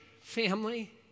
family